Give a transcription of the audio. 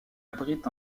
abrite